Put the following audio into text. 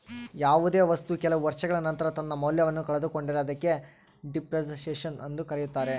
ಯಾವುದೇ ವಸ್ತು ಕೆಲವು ವರ್ಷಗಳ ನಂತರ ತನ್ನ ಮೌಲ್ಯವನ್ನು ಕಳೆದುಕೊಂಡರೆ ಅದಕ್ಕೆ ಡೆಪ್ರಿಸಸೇಷನ್ ಎಂದು ಕರೆಯುತ್ತಾರೆ